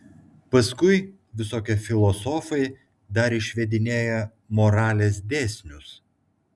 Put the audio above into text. paskui visokie filosofai dar išvedinėja moralės dėsnius